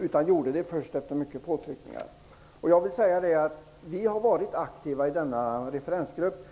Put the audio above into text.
utan hon gjorde det först efter påtryckningar. Vi har varit aktiva i denna referensgrupp.